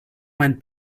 mein